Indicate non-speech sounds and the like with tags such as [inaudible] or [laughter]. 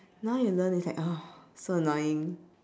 now you learn is like [noise] so annoying